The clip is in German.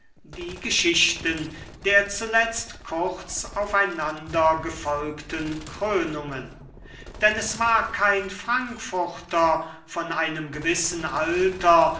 die geschichten der zuletzt kurz auf einander gefolgten krönungen denn es war kein frankfurter von einem gewissen alter